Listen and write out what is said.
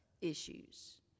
issues